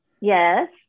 Yes